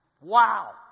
Wow